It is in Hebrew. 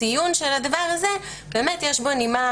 הציון של הדבר הזה יש בו נימה